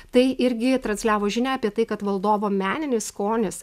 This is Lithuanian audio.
tai irgi transliavo žinią apie tai kad valdovo meninis skonis